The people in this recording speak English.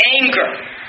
anger